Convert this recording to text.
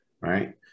right